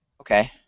Okay